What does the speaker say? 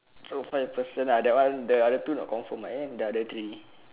so five person uh that one the other two not confirm ah eh the other three